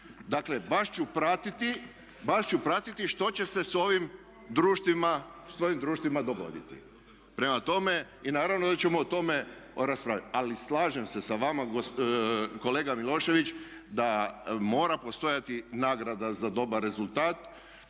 Dakle, baš ću pratiti što će se s ovim društvima dogoditi. Prema tome i naravno da ćemo o tome raspravljati. Ali slažem se sa vama kolega Milošević, da mora postojati nagrada za dobar rezultat